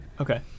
Okay